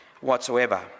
whatsoever